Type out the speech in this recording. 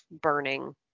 burning